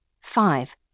Five